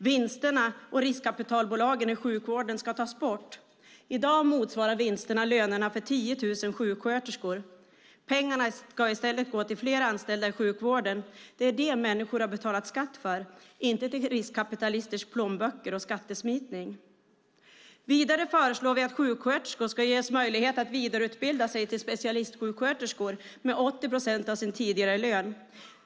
Vinsterna och riskkapitalbolagen i sjukvården ska tas bort. I dag motsvarar vinsterna lönerna för 10 000 sjuksköterskor. Pengarna ska i stället gå till fler anställda i sjukvården. Det är till det som människor har betalat skatt, inte till riskkapitalisters plånböcker och skattesmitning. Vidare föreslår vi att sjuksköterskor ska ges möjlighet att vidareutbilda sig till specialistsjuksköterskor med 80 procent av sin tidigare lön.